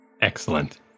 Excellent